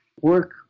work